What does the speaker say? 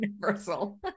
universal